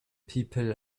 people